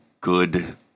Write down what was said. Good